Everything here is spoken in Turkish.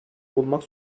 bulmak